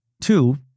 Two